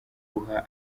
guha